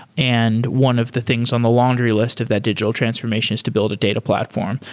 and one of the things on the laundry list of that digital transformation is to build a data platform.